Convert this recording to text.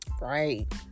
Right